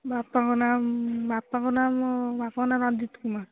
ବାପାଙ୍କ ନାଁ ବାପାଙ୍କ ନାଁ ମୋ ବାପାଙ୍କ ନାଁ ରଞ୍ଜିତ କୁମାର